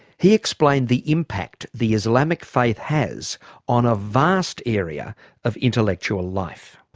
he explained the impact the islamic faith has on a vast area of intellectual life.